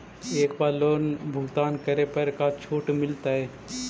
एक बार लोन भुगतान करे पर का छुट मिल तइ?